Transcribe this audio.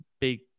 big